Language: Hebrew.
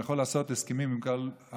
אם הוא יכול לעשות הסכמים עם כל העולם,